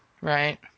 Right